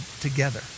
together